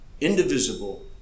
indivisible